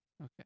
Okay